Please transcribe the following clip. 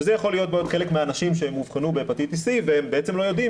שזה יכול להיות חלק מהאנשים שאובחנו בהפטיטיס סי והם בעצם לא יודעים,